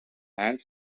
and